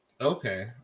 Okay